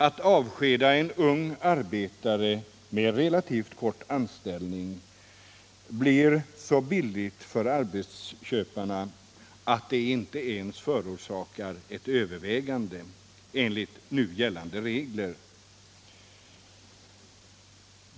Att avskeda en ung arbetare med relativt kort anställning blir så billigt för arbetsköparna, att det inte ens förorsakar ett övervägande enligt nu gällande regler.